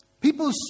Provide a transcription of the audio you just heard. People